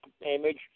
image